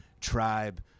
tribe